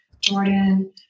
Jordan